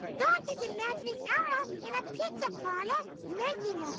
dorothy's imagining elmo in a pizza parlor making